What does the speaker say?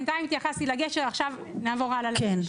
בינתיים התייחסתי לגשר, עכשיו נעבור הלאה לכביש.